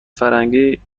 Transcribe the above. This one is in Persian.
فرنگی